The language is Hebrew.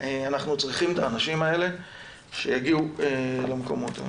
אנחנו צריכים את האנשים האלה שיגיעו למקומות האלה.